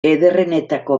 ederrenetako